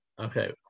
Okay